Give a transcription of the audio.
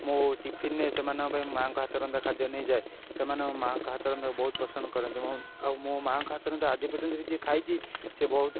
ମୋ ଟିଫିନରେ ସେମାନଙ୍କ ପାଇଁ ମାଆଙ୍କ ହାତରନ୍ଧା ଖାଦ୍ୟ ନେଇଯାଏ ସେମାନେ ମା'ଙ୍କ ହାତରନ୍ଧାକୁ ବହୁତ ପସନ୍ଦ କରନ୍ତି ମୋ ଆଉ ମୋ ମା'ଙ୍କ ହାତରନ୍ଧା ଆଜି ପର୍ଯ୍ୟନ୍ତ ବି ଯିଏ ଖାଇଛି ସିଏ ବହୁତ